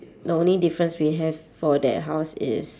the only difference we have for that house is